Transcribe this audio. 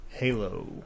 Halo